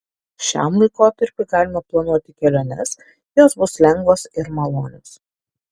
šiam laikotarpiui galima planuoti keliones jos bus lengvos ir malonios